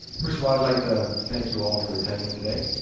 first of all i'd like to thank you all for attending today,